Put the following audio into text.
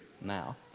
now